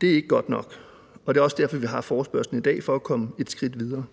Det er ikke godt nok, og det også er derfor, vi har forespørgslen i dag: for at komme et skridt videre.